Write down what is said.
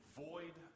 void